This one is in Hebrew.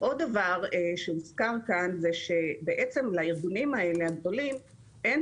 דבר נוסף שהוזכר כאן הוא שלארגונים האלה הגדולים אין